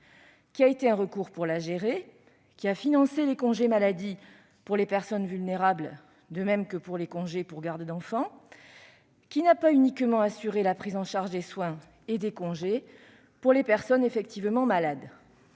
révélée un recours pour la gérer : elle a financé les congés maladie des personnes vulnérables, tout comme les congés pour garde d'enfant. Elle n'a donc pas uniquement assuré la prise en charge des soins et des congés des personnes effectivement malades.